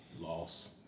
loss